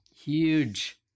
huge